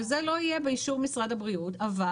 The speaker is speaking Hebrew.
וזה לא יהיה באישור משרד הבריאות אבל